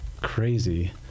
crazy